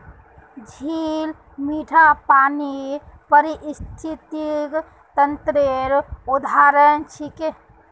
झील मीठा पानीर पारिस्थितिक तंत्रेर उदाहरण छिके